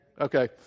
Okay